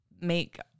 make